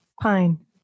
pine